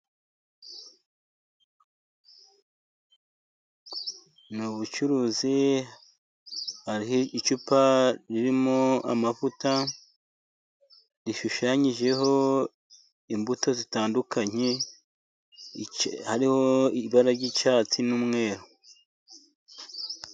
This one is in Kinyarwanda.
Ni ubucuruzi hariho icupa ririmo amavuta, rishushanyijeho imbuto zitandukanye, hariho ibara ry'icyatsi n'umweru.